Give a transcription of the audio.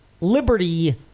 Liberty